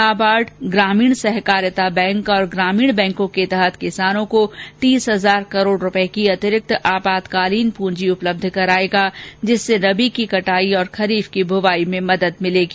नाबार्ड ग्रामीण सहकारिता बैंक और ग्रामीण बैंकों के तहत किसानों को तीस हजार करोड़ रूपए की अतिरिक्त आपातकालीन पूंजी उपलब्ध कराएगा जिससे रबी की कटाई और खरीफ की बुवाई में मदद मिलेगी